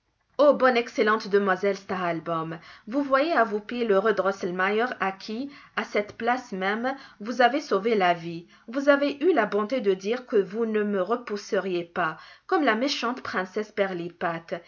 ô bonne excellente demoiselle stahlbaûm vous voyez à vos pieds l'heureux drosselmeier à qui à cette place même vous avez sauvé la vie vous avez eu la bonté de dire que vous ne me repousseriez pas comme la méchante princesse